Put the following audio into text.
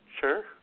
Sure